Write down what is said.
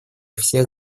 всех